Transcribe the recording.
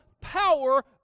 power